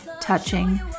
touching